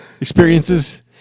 experiences